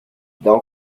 thou